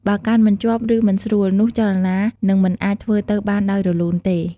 បើកាន់មិនជាប់ ឬមិនស្រួល នោះចលនានឹងមិនអាចធ្វើទៅបានដោយរលូនទេ។